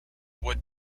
would